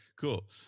cool